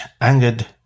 angered